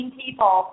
people